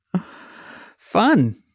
Fun